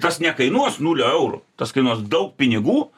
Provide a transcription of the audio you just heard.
tas nekainuos nulio eurų tas kainuos daug pinigų